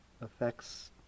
affects